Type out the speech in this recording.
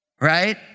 right